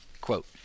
Quote